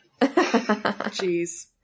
Jeez